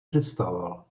představoval